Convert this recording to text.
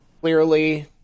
clearly